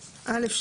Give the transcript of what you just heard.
(א2)